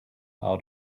out